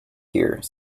here